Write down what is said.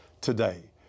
today